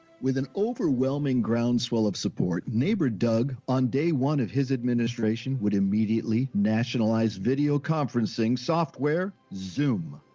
with an overwhelming groundswell of support neighbor, doug on day one of his administration would immediately nationalize video conferencing, software zoom.